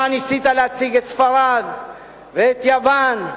אתה ניסית להציג את ספרד ואת יוון.